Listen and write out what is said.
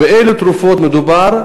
2. באילו תרופות מדובר?